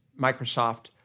Microsoft